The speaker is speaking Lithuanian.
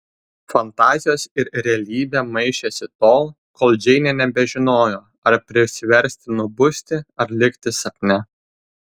fantazijos ir realybė maišėsi tol kol džeinė nebežinojo ar prisiversti nubusti ar likti sapne